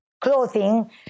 clothing